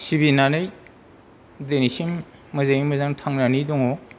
सिबिनानै दिनैसिम मोजाङै मोजां थांनानै दङ